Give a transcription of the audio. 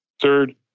Third